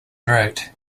wrote